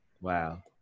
Wow